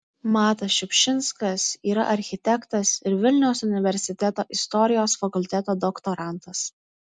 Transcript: matas šiupšinskas yra architektas ir vilniaus universiteto istorijos fakulteto doktorantas